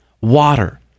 water